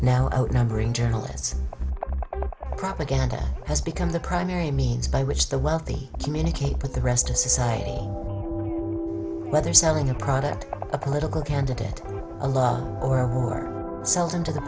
outnumbering journalists propaganda has become the primary means by which the wealthy communicate with the rest of society whether selling a product a political candidate a lawyer or sells into the